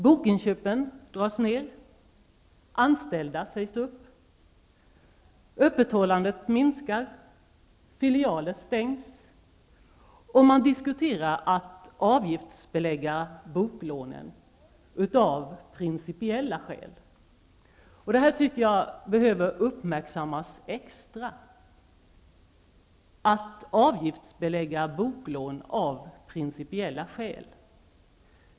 Man drar ner på bokinköpen. Anställda sägs upp. Öppethållandet minskar. Filialer stängs, och man för diskussioner om att boklån skall avgiftsbeläggas av principiella skäl. Detta tycker jag behöver uppmärksammas extra, att boklån avgiftsbeläggs av principiella skäl.